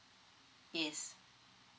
is